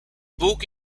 book